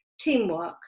teamwork